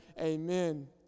Amen